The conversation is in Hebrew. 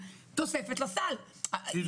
המשרדים כבר חתומים על סיכום בנושא הזה,